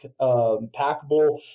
packable